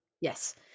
Yes